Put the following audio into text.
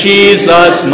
Jesus